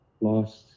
lost